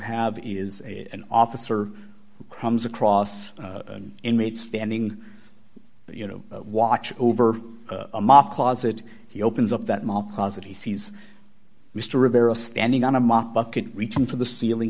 have is an officer crumbs across inmate standing you know why over a mop closet he opens up that mop closet he sees mr rivera standing on a mop bucket reaching for the ceiling